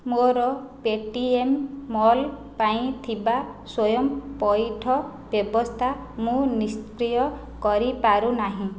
ମୋର Paytm mall ପାଇଁ ଥିବା ସ୍ଵୟଂ ପଇଠ ବ୍ୟବସ୍ଥା ମୁଁ ନିଷ୍କ୍ରିୟ କରିପାରୁନାହିଁ